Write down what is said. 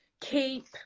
keep